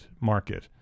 market